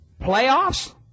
Playoffs